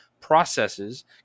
processes